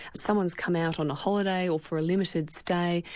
someone's come out on a holiday, or for a limited stay,